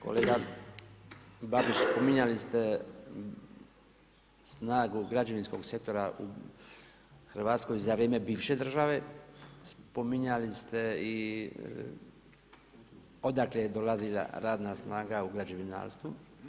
Kolega Babić, spominjali ste snagu građevinskog sektora u Hrvatskoj za vrijeme bivše države, spominjali ste i odakle je dolazila radna snaga u građevinarstvu.